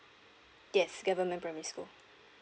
yes government primary school